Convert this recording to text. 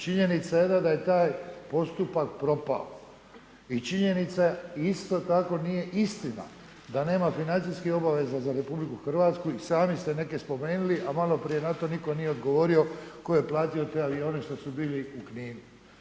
Činjenica je da je taj postupak propao i činjenica isto tako nije istina da nema financijskih obaveza za RH i sami ste neke spomenuli, a maloprije na to nitko nije odgovorio tko je platio te avione što su bili u Kninu.